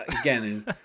again